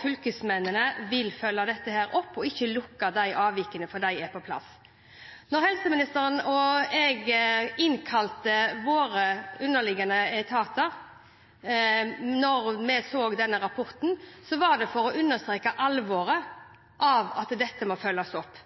Fylkesmennene vil følge dette opp og ikke lukke sakene om avvik før dette er på plass. Helseministeren og jeg innkalte våre underliggende etater da vi så denne rapporten, for å understreke alvoret og at dette måtte følges opp.